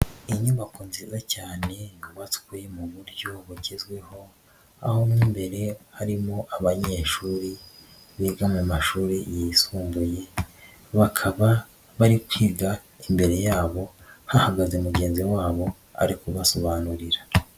Inyubako nziza cyane yubatswe mu buryo bugezweho, aho mo imbere harimo abanyeshuri biga mu mashuri yisumbuye, bakaba bari kwiga imbere yabo hahagaze mugenzi wabo ari kubasobanurira.